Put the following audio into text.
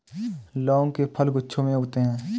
लौंग के फल गुच्छों में उगते हैं